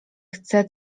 chcę